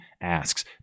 asks